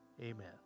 amen